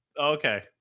okay